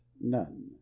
none